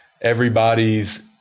Everybody's